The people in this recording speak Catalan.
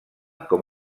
com